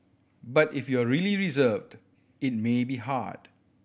but if you are really reserved it may be hard